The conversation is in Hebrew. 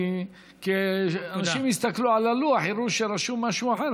כי אנשים יסתכלו על הלוח ויראו שרשום משהו אחר,